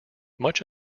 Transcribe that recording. much